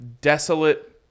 desolate